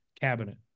cabinet